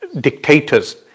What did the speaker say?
dictators